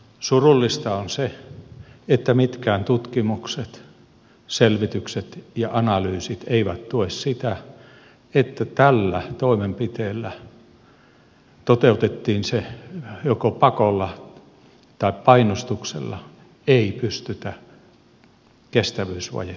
surullista on se että mitkään tutkimukset selvitykset ja analyysit eivät tue sitä että tällä toimenpiteellä toteutettiin se joko pakolla tai painostuksella pystyttäisiin kestävyysvajetta korjaamaan